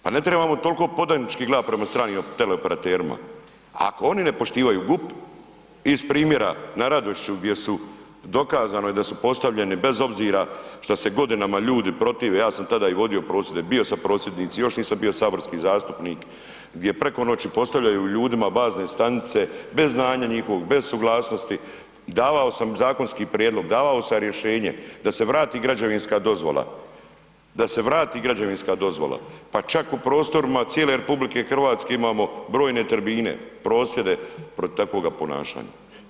Pa ne trebamo toliko podajnički gledat prema stranim teleoperaterima, ako oni ne poštivaju GUP iz primjera na …/nerazumljivo/… gdje su, dokazano je da su postavljeni bez obzira šta se godinama ljudi i protive, ja sam tada i vodio prosvjede, bio sad prosvjednici još nisam bio saborski zastupnik, gdje preko noći postavljaju ljudima bazne stanice, bez znanja njihovog, bez suglasnosti, davao sam zakonski prijedlog, davao sam rješenje, da se vrati građevinska dozvola, da se vrati građevinska dozvola, pa čak u prostorima cijele RH imamo brojne tribine, prosvjede protiv takvoga ponašanja.